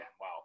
wow